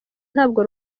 ntabwo